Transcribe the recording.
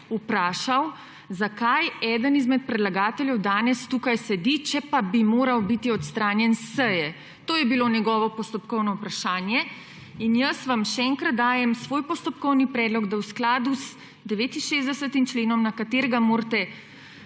vprašal, zakaj eden izmed predlagateljev danes tukaj sedi, če pa bi moral biti odstranjen s seje. To je bilo njegovo postopkovno vprašanje. Jaz vam še enkrat dajem svoj postopkovni predlog. V skladu s 69. členom, v skladu s katerim morate